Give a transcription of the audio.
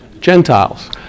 Gentiles